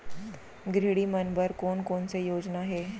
गृहिणी मन बर कोन कोन से योजना हे?